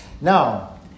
Now